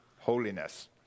holiness